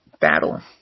Battle